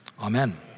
amen